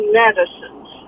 medicines